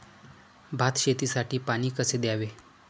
भात शेतीसाठी पाणी कसे द्यावे?